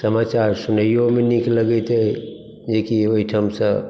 समाचार सुनैयोमे नीक लगैत अछि जे कि ओहिठाम सऽ